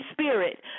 Spirit